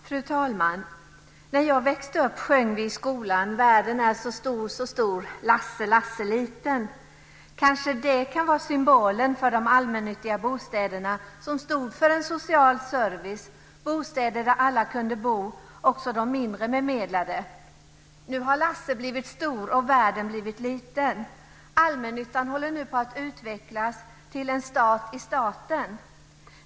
Fru talman! När jag växte upp sjöng vi i skolan "Världen är så stor så stor, Lasse Lasse liten". Kanske kan det vara symbolen för de allmännyttiga bostäderna, som stod för en social service, bostäder där alla kunde bo, också de mindre bemedlade. Nu har Lasse blivit stor och världen blivit liten. Allmännyttan håller nu på att utvecklas till en stat i staten.